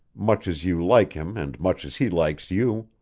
much as you like him and much as he likes you.